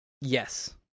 Yes